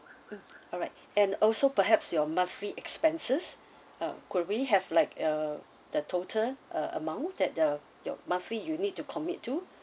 mm alright and also perhaps your monthly expenses uh could we have like uh the total uh amount that the your monthly you need to commit to